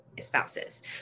spouses